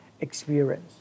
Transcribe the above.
experience